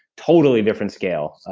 totally different scale,